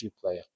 player